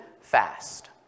fast